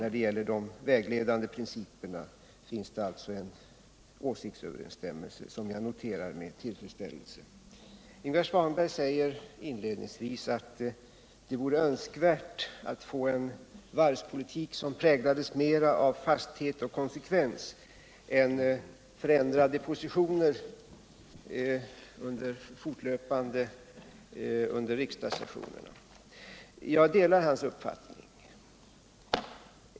När det gäller de vägledande principerna finns alltså en åsiktsöverensstämmelse som jag noterar med tillfredsställelse. Ingvar Svanberg säger inledningsvis att det vore önskvärt att få en varvspolitik som präglades mer av fasthet och konsekvens än av förändrade positioner fortlöpande under riksdagssessionerna. Jag delar hans uppfattning.